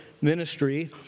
ministry